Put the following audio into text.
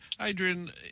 Adrian